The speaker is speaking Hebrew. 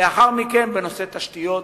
לאחר מכן בנושאי תשתיות,